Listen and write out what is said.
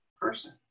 person